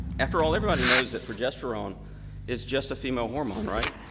after all, everybody knows that progesterone is just a female hormone, right?